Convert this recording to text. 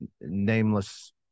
nameless